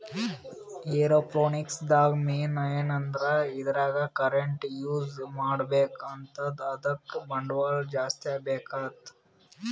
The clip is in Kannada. ಏರೋಪೋನಿಕ್ಸ್ ದಾಗ್ ಮೇನ್ ಏನಂದ್ರ ಇದ್ರಾಗ್ ಕರೆಂಟ್ ಯೂಸ್ ಮಾಡ್ಬೇಕ್ ಆತದ್ ಅದಕ್ಕ್ ಬಂಡವಾಳ್ ಜಾಸ್ತಿ ಬೇಕಾತದ್